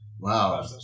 Wow